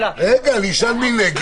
רגע, אני אשאל מי נגד.